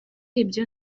ibyo